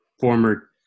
former